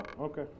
okay